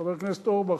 חבר הכנסת אורבך,